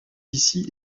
ici